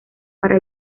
para